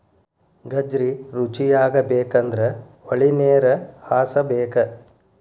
ಗಜ್ರಿ ರುಚಿಯಾಗಬೇಕಂದ್ರ ಹೊಳಿನೇರ ಹಾಸಬೇಕ